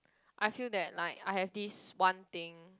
I feel that like I have this one thing